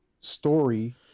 story